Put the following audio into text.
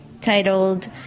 titled